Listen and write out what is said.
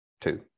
two